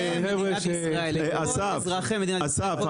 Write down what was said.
אסף,